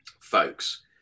folks